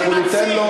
ניתן לו